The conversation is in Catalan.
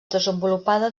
desenvolupada